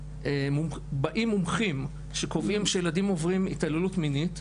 באים מומחים שקובעים שילדים עוברים התעללות מינית,